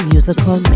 Musical